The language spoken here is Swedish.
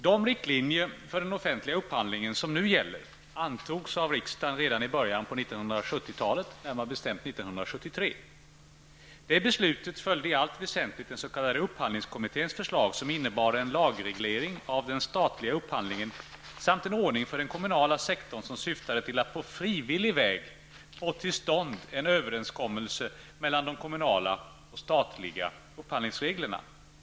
De riktlinjer för den offentliga upphandlingen som nu gäller antogs av riksdagen redan i början av 1970-talet, närmare bestämt 1973. Det beslutet följde i allt väsentligt den s.k. upphandlingskommitténs förslag, som innebar en lagreglering av den statliga upphandlingen samt en ordning för den kommunala sektorn som syftade till att på frivillig väg få till stånd en överenskommelse mellan de kommunala och de statliga upphandlingsreglerna.